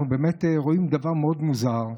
אנחנו באמת רואים דבר מאוד מוזר,